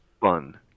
fun